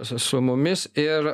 s su mumis ir